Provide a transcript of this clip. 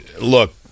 look